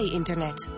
internet